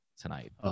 tonight